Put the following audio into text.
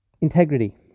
integrity